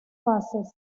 fases